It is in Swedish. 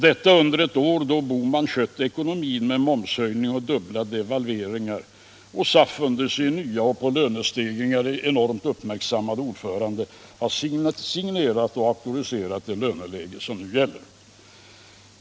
Detta under ett år då Bohman skött ekonomin med momshöjning och dubbla devalveringar och SAF under sin nye och på lönestegringar enormt uppmärksamme ordförande har signerat och auktoriserat det löneläge som nu gäller.